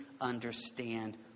understand